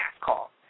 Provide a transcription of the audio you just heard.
Call